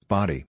Body